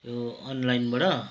यो अनलाइनबाट